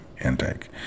intake